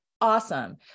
awesome